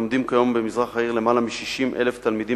לומדים כיום במזרח העיר למעלה מ-60,000 תלמידים